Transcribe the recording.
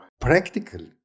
practical